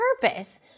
purpose